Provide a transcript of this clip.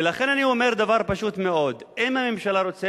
ולכן אני אומר דבר פשוט מאוד: אם הממשלה רוצה